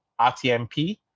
RTMP